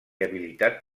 habilitat